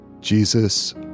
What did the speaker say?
Jesus